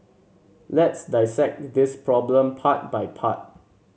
let's dissect this problem part by part